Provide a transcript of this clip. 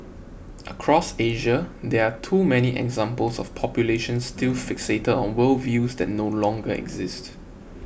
across Asia there are too many examples of populations still fixated on worldviews that no longer exist